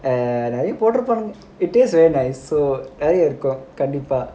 நிறைய போட்டுருப்பானுங்க:niraiya potturupaanunga it taste very nice so நிறைய இருக்கும் கண்டிப்பா:niraiya irukkum kandippaa